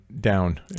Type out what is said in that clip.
down